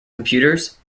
computers